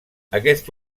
aquest